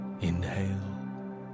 Inhale